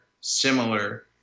similar